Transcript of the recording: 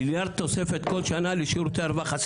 מיליארד תוספת כל שנה לשירותי הרווחה.